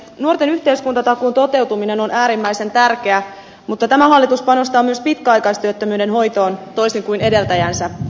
nuorten yhteiskuntatakuun toteutuminen on äärimmäisen tärkeä mutta tämä hallitus panostaa myös pitkäaikaistyöttömyyden hoitoon toisin kuin edeltäjänsä